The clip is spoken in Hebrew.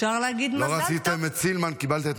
אפשר להגיד מזל טוב.